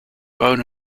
bone